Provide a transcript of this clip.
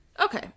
Okay